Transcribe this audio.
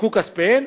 חולקו כספיהן,